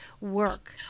work